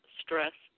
stress